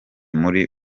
muri